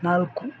ನಾಲ್ಕು